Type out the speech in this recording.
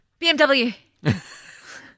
BMW